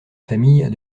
famille